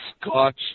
Scotch